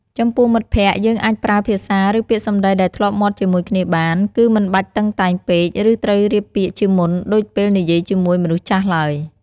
ចំពោះមិត្តភក្តិ យើងអាចប្រើភាសា ឬពាក្យសម្ដីដែលធ្លាប់មាត់ជាមួយគ្នាបាន គឺមិនបាច់តឹងតែងពេក ឬត្រូវរៀបពាក្យជាមុនដូចពេលនិយាយជាមួយមនុស្សចាស់ឡើយ។